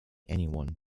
anyone